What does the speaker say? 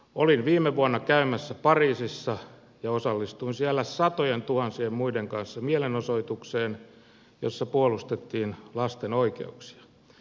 olin viime vuonna käymässä pariisissa ja osallistuin siellä satojentuhansien muiden kanssa mielenosoitukseen jossa puolustettiin lasten oikeuksia